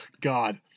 God